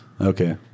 Okay